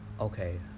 Okay